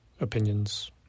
opinions